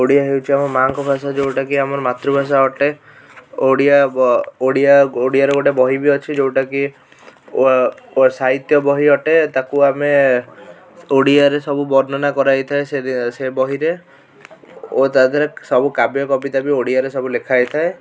ଓଡ଼ିଆ ହେଉଛି ଆମ ମାଁ ଙ୍କ ଭାଷା ଯେଉଁଟା କି ଆମ ମାତୃଭାଷା ଅଟେ ଓଡ଼ିଆ ବ ଓଡ଼ିଆ ଓଡ଼ିଆ ର ଗୋଟେ ବହି ବି ଅଛି ଯେଉଁଟା କି ସାହିତ୍ୟ ବହି ଅଟେ ତାକୁ ଆମେ ଓଡ଼ିଆରେ ସବୁ ବର୍ଣ୍ଣନା କରାଯାଇ ଥାଏ ସେ ବହିରେ ଓ ତା ଦେହରେ ସବୁ କାବ୍ୟ କବିତା ବି ଓଡ଼ିଆରେ ସବୁ ଲେଖା ଯାଇଥାଏ